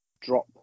drop